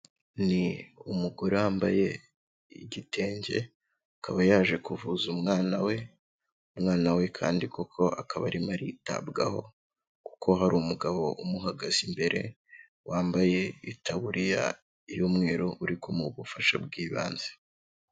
Ni umugore wambaye igitenge akaba yaje kuvuza umwana we, umwana we kandi koko akaba arimo aritabwaho kuko hari umugabo umuhagaze imbere, wambaye itaburiya y'umweru uri kumuha ubufasha bw'ibanze.